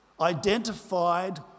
identified